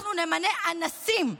אנחנו נמנה אנסים,